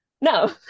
No